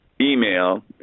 email